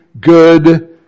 good